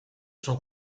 sont